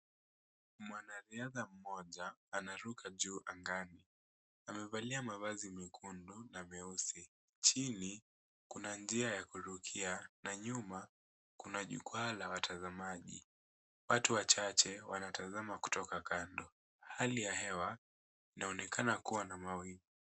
Mwanariadha mmoja, anaruka juu angani. Amevalia mavazi mekundu na meusi. Chini, kuna njia ya kurukia na nyuma, kuna jukwaa la watazamaji. Watu wachache wanatazama kutoka kando, hali ya hewa, inaonekana kuwa na mawingu.